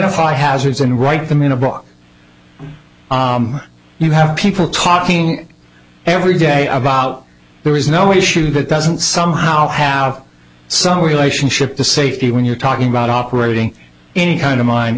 y hazards and write them in a book you have people talking every day about there is no issue that doesn't somehow have some relationship to safety when you're talking about operating any kind of m